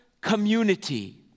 community